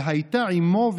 והיתה עמו,